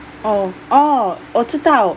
oh orh 我知道